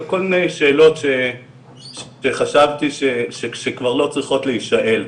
כל מיני שאלות שחשבתי שכשכבר לא צריכות להישאל.